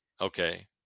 okay